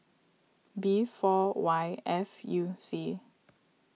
B four Y F U C